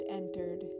entered